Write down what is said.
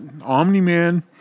Omni-Man